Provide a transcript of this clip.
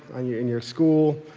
in your school,